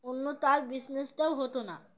অন্য তার বিজনেসটাও হতো না